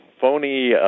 phony